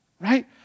right